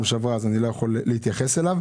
שעברה אז אני לא יכול להתייחס אל הנתון.